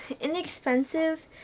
inexpensive